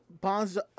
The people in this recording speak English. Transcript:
Bonds